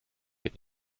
wird